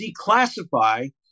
declassify